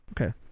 Okay